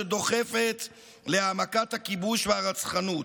שדוחפת להעמקת הכיבוש והרצחנות,